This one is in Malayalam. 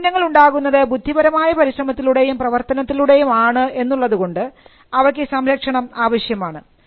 ഈ ഉൽപ്പന്നങ്ങൾ ഉണ്ടാകുന്നത് ബുദ്ധിപരമായ പരിശ്രമത്തിലൂടെയും പ്രവർത്തനത്തിലൂടെയും ആണ് എന്നുള്ളതുകൊണ്ട് അവക്ക് സംരക്ഷണം ആവശ്യമാണ്